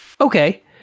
Okay